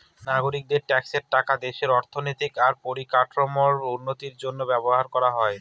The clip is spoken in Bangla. নাগরিকদের ট্যাক্সের টাকা দেশের অর্থনৈতিক আর পরিকাঠামোর উন্নতির জন্য ব্যবহার করা হয়